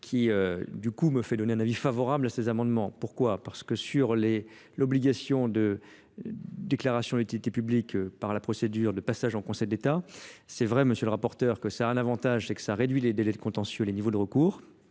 euh du coup me fait donner un avis favorable à ces amendements pourquoi parce que sur les l'obligation de déclaration d'utilité publique par la procédure Conseil d'etat, c'est vrai, M. le rapporteur, que ça a un avantage et que ça a réduit les délais de contentieux et les niveaux de recours